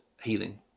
healing